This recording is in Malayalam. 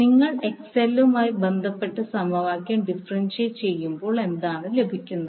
നിങ്ങൾ എക്സ്എല്ലുമായി ബന്ധപ്പെട്ട സമവാക്യം ഡിഫറെൻഷിയേറ്റ് ചെയ്യുമ്പോൾ ഇതാണ് ലഭിക്കുന്നത്